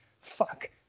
Fuck